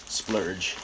splurge